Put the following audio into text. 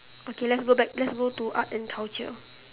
okay let's go back let's go to art and culture